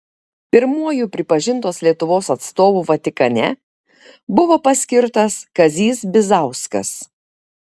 pirmuoju pripažintos lietuvos atstovu vatikane buvo paskirtas kazys bizauskas